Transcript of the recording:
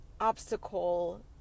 obstacle